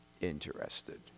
interested